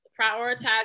prioritize